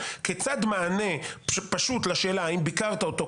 כיצד מענה פשוט לשאלה האם ביקרת אותו,